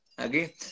Okay